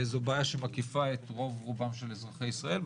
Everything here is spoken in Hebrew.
זו בעיה שמקיפה את רוב רובם של אזרחי ישראל,